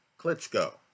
Klitschko